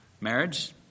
Marriage